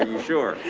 um sure.